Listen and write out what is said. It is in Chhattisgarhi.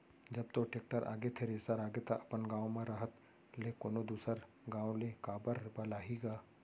जब तोर टेक्टर आगे, थेरेसर आगे त अपन गॉंव म रहत ले कोनों दूसर गॉंव ले काबर बलाही गा?